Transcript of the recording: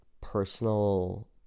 personal